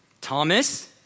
Thomas